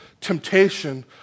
temptation